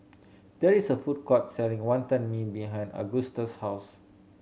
there is a food court selling Wantan Mee behind Agusta's house